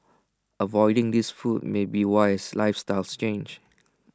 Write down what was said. avoiding these foods may be wise lifestyles change